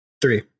Three